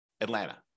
Atlanta